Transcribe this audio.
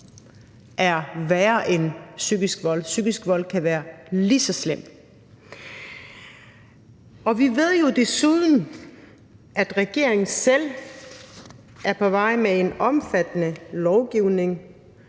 er værre end psykisk vold? Psykisk vold kan være lige så slemt. Vi ved jo desuden, at regeringen selv er på vej med en omfattende lovgivning